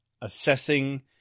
assessing